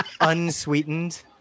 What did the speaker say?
unsweetened